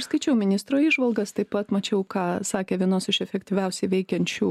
skaičiau ministro įžvalgas taip pat mačiau ką sakė vienos iš efektyviausiai veikiančių